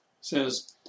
says